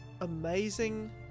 amazing